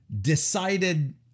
decided